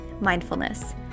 mindfulness